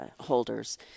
holders